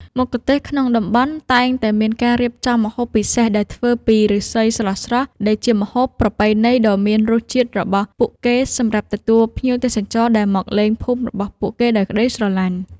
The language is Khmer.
មគ្គុទ្ទេសក៍ក្នុងតំបន់តែងតែមានការរៀបចំម្ហូបពិសេសដែលធ្វើពីឫស្សីស្រស់ៗដែលជាម្ហូបប្រពៃណីដ៏មានរសជាតិរបស់ពួកគេសម្រាប់ទទួលភ្ញៀវទេសចរដែលមកលេងភូមិរបស់ពួកគេដោយក្ដីស្រឡាញ់។